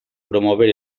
promover